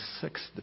sixth